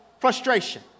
frustration